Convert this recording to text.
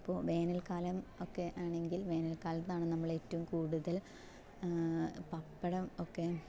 ഇപ്പോൾ വേനൽ കാലം ഒക്കെ ആണെങ്കിൽ വേനൽക്കാലത്താണ് നമ്മളേറ്റവും കൂടുതൽ പപ്പടം ഒക്കെ